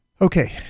Okay